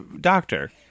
doctor